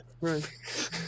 Right